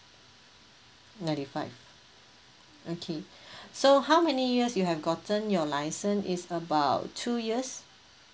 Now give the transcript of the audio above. ninety five okay so how many years you have gotten your license it's about two years